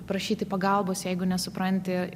prašyti pagalbos jeigu nesupranti